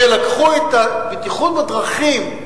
שלקחו את הבטיחות בדרכים,